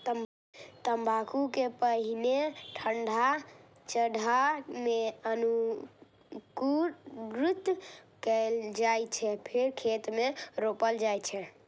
तंबाकू कें पहिने ठंढा ढांचा मे अंकुरित कैल जाइ छै, फेर खेत मे रोपल जाइ छै